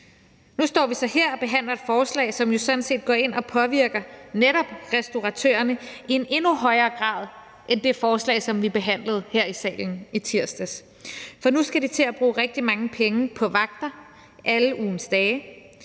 Nu står vi så her og behandler et forslag, som jo sådan set går ind og påvirker netop restauratørerne i en endnu højere grad end det forslag, som vi behandlede her i salen i tirsdags, for nu skal de til at bruge rigtig mange penge på vagter alle ugens dage,